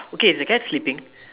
okay the cat sleeping